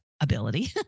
ability